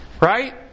right